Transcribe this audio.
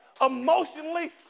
emotionally